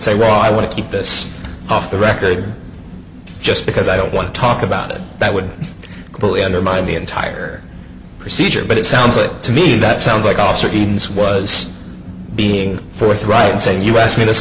say well i want to keep this off the record just because i don't want to talk about it that would really undermine the entire procedure but it sounds like to me that sounds like also means was being forthright in saying you asked me this